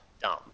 dumb